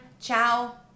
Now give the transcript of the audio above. ciao